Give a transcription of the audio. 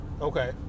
Okay